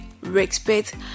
respect